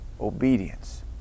obedience